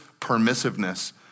permissiveness